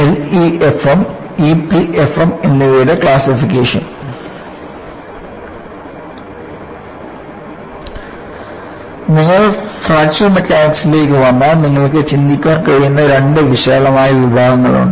LEFM EPFM എന്നിവയുടെ classification നിങ്ങൾ fracture മെക്കാനിക്സിലേക്ക് വന്നാൽ നിങ്ങൾക്ക് ചിന്തിക്കാൻ കഴിയുന്ന രണ്ട് വിശാലമായ വിഭാഗങ്ങളുണ്ട്